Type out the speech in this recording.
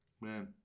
Man